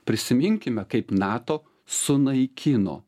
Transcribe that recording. prisiminkime kaip nato sunaikino